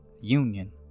Union